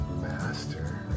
master